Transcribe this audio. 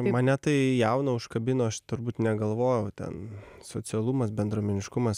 mane tai jauną užkabino aš turbūt negalvojau ten socialumas bendruomeniškumas